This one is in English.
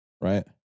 right